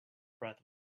breath